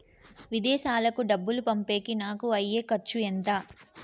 విదేశాలకు డబ్బులు పంపేకి నాకు అయ్యే ఖర్చు ఎంత?